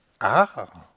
Ah